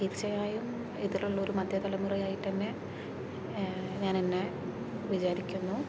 തീർച്ചയായും ഇതിലുള്ള ഒരു മധ്യതലമുറ ആയിട്ട് എന്നെ ഞാൻ എന്നെ വിചാരിക്കുന്നു